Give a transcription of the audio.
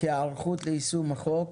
כהיערכות ליישום החוק,